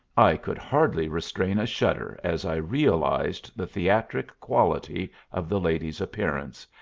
i could hardly restrain a shudder as i realized the theatric quality of the lady's appearance,